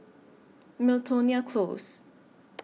Miltonia Close